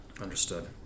Understood